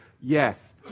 yes